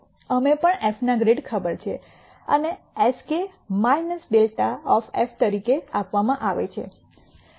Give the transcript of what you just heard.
અમે પણ f ના ગ્રેડ ખબર છે અને s k ∇તરીકે આપવામાં આવે છે ઇવૈલ્યૂએટડ એટ xk